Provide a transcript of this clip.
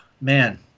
Man